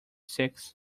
six